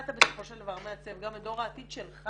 אתה בסופו של דבר מעצב גם את דור העתיד שלך.